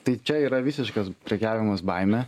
tai čia yra visiškas prekiavimas baime